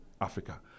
Africa